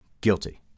Guilty